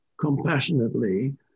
compassionately